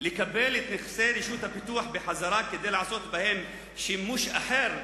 לקבל את נכסי רשות הפיתוח בחזרה כדי לעשות בהם שימוש אחר,